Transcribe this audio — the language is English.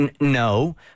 no